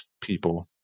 people